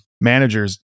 managers